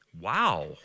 Wow